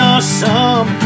Awesome